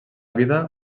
vida